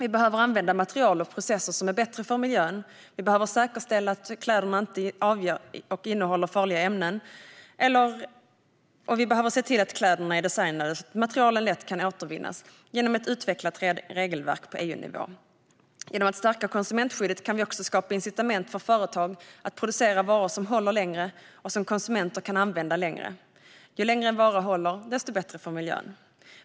Vi behöver använda material och processer som är bättre för miljön, vi behöver säkerställa att kläderna inte innehåller eller avger farliga ämnen och vi behöver se till att kläderna är designade så att materialen lätt kan återvinnas, detta genom att utveckla regelverk på EU-nivå. Genom att stärka konsumentskyddet kan vi också skapa incitament för företag att producera varor som håller längre och som konsumenter kan använda längre. Ju längre en vara håller, desto bättre är det för miljön.